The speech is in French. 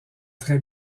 très